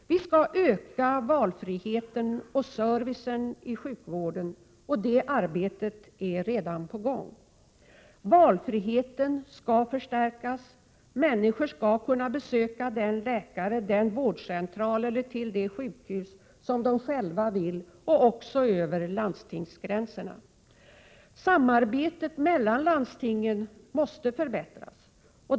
Vi skall öka valfriheten och servicen i sjukvården. Detta arbete är redan på gång. Valfriheten skall stärkas. Människor skall kunna besöka den läkare, den vårdcentral eller det sjukhus som de själva vill besöka — även över landstingsgränserna. Samarbetet mellan landstingen måste förbättras.